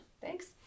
thanks